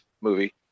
movie